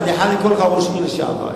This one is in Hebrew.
אני חייב לקרוא לך ראש עיר לשעבר,